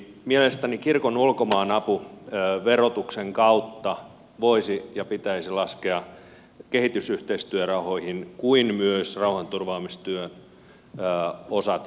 mielestäni kirkon ulkomaanavun verotuksen kautta voisi ja se pitäisi laskea kehitysyhteistyörahoihin kuin myös rauhanturvaamistyön osat esimerkiksi lääkintätoiminta